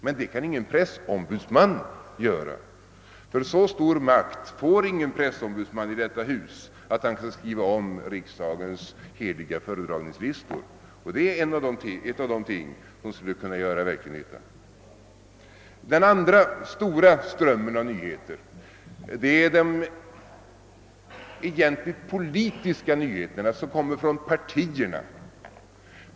Men det kan ingen pressombudsman göra, ty så stor makt får ingen pressombudsman i detta hus att han kan skriva om riksdagens heliga föredragningslistor. Det är ett av de ting som skulle kunna göra verklig nytta. Den andra stora strömmen av nyheter är de politiska nyheterna som kommer från partierna.